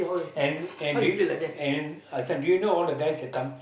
and and do you and do you know all the guys will come